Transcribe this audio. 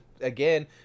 again